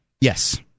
Yes